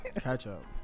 Ketchup